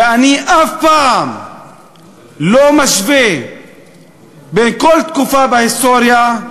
ואני אף פעם לא משווה כל תקופה בהיסטוריה,